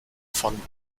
von